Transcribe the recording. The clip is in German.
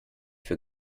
für